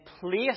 place